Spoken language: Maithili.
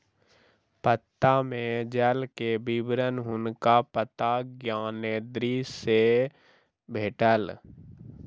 पत्ता में जल के विवरण हुनका पत्ता ज्ञानेंद्री सॅ भेटल